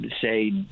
say